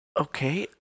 Okay